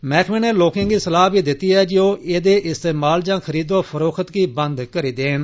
मैह्कमें नै लोकें गी सलाह भी दित्ती ऐ जे ओह् एह्दे इस्तेमाल या खरीद फरोख्त गी बंद करी देन